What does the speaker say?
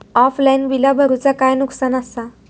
Offline बिला भरूचा काय नुकसान आसा?